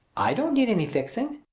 i don't need any fixing.